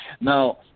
Now